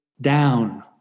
down